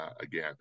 again